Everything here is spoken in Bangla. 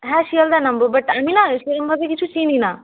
হ্যাঁ শিয়ালদা নামবো এবার আমি না সেরমভাবে কিছু চিনি না